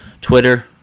Twitter